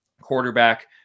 quarterback